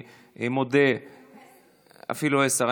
אפילו עשר.